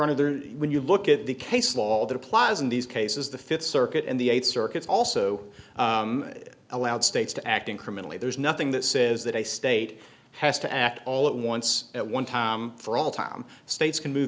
of there when you look at the case law that applies in these cases the fifth circuit and the eight circuits also allowed states to act incrementally there's nothing that says that a state has to act all at once at one time for all tom states can move